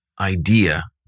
idea